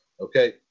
okay